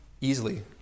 easily